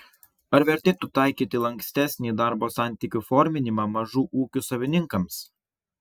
ar vertėtų taikyti lankstesnį darbo santykių forminimą mažų ūkių savininkams